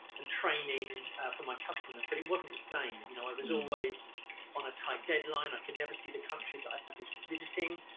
and training for my customers, but it wasn't the same. you know, i was always on a tight deadline, i could never see the countries that i i was visiting.